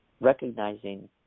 recognizing